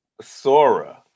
Sora